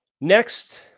Next